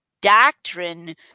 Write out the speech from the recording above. doctrine